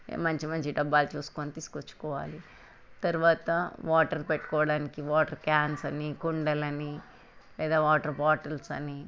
మంచి మంచి డబ్బాలని చూసుకుని తీసుకొచ్చుకోవాలి తర్వాత మోటర్ పెట్టుకోవడానికి వాటర్ క్యాన్స్ అని కుండలని లేదా వాటర్ బాటిల్స్ అని